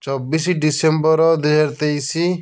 ଚବିଶି ଡିସେମ୍ବର ଦୁଇହଜାରତେଇଶି